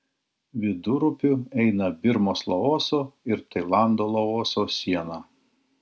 vidurupiu eina birmos laoso ir tailando laoso siena